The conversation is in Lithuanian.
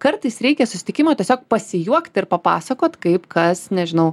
kartais reikia susitikimo tiesiog pasijuokt ir papasakot kaip kas nežinau